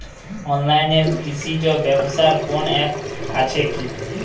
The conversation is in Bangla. অনলাইনে কৃষিজ ব্যবসার কোন আ্যপ আছে কি?